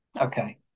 Okay